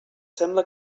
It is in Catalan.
sembla